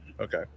Okay